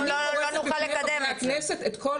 אני צריכה לשים בפני חברי הכנסת את כל זה.